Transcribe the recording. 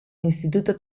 instituto